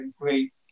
great